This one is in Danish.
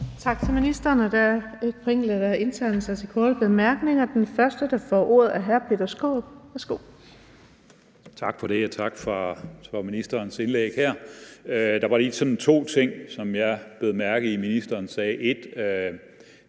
Tak for det. Og tak for ministerens indlæg her. Der var lige to ting, som jeg bed mærke i. Ministeren sagde